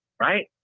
right